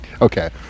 okay